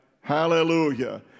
Hallelujah